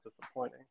disappointing